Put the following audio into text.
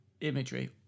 imagery